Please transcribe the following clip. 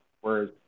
Whereas